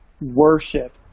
worship